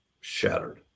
shattered